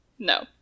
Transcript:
No